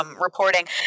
reporting